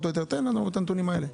תן לנו את הנתונים האלה.